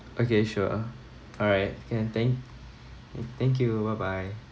okay sure alright can thank thank you bye bye